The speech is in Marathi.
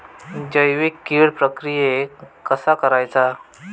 जैविक कीड प्रक्रियेक कसा करायचा?